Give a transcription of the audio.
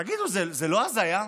תגידו, זה לא הזיה?